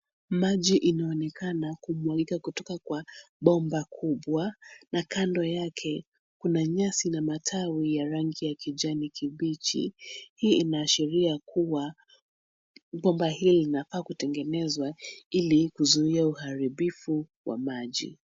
Maji inaonekana kumwagika kutoka kwa bomba kubwa, na kando yake kuna nyasi na matawi ya rangi ya kijani kibichi. Hii inaashiria kuwa, bomba hili linafaa kutengenezwa, ili kuzuia uharibifu wa maji.